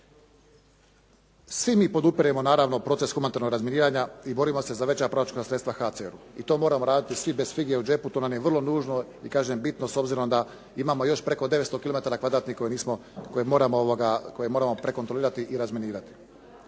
Svi mi podupiremo naravno proces humanitarnog razminiranja i borimo se za veća proračunska sredstva HCR-u i to moramo raditi svi bez fige u džepu, to nam je vrlo nužno i kažem bitno s obzirom da imamo još preko 900 km2 koje nismo, koje moramo prekontrolirati i razminirati.